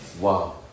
Wow